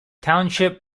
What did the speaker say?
township